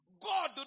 God